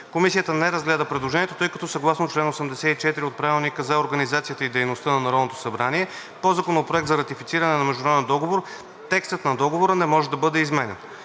Комисията не разгледа предложението, тъй като съгласно чл. 84 от Правилника за организацията и дейността на Народното събрание по Законопроект за ратифициране на международен договор текстът на договора не може да бъде изменян.